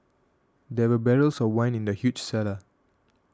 there were barrels of wine in the huge cellar